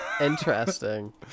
Interesting